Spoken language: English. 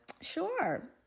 sure